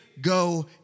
go